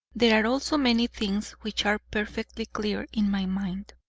there are also many things which are perfectly clear in my mind,